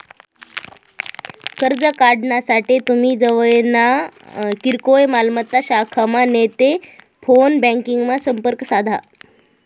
कर्ज काढानासाठे तुमी जवयना किरकोय मालमत्ता शाखामा नैते फोन ब्यांकिंगमा संपर्क साधा